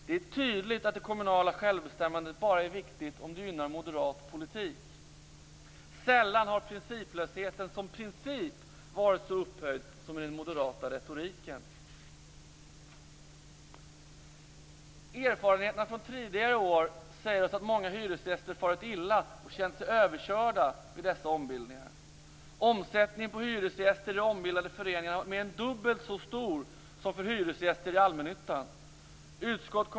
Det är tydligt att det kommunala självbestämmandet bara är viktigt om det gynnar moderat politik. Sällan har principlösheten som princip varit så upphöjd som i den moderata retoriken. Erfarenheterna från tidigare år säger oss att många hyresgäster farit illa och känt sig överkörda vid dessa ombildningar. Omsättningen på hyresgäster i de ombildade föreningarna har varit mer än dubbelt så stor som för hyresgäster i allmännyttan.